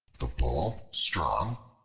the bull strong,